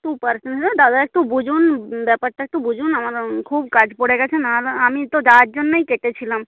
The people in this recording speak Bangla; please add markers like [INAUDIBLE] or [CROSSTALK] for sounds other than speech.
টু পার্সেন্ট [UNINTELLIGIBLE] দাদা একটু বুঝুন ব্যাপারটা একটু বুঝুন আমার খুব কাজ পড়ে গিয়েছে না হলে আমি তো যাওয়ার জন্যই কেটেছিলাম